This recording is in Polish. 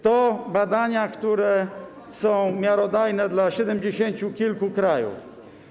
To badania, które są miarodajne dla siedemdziesięciu kilku krajów.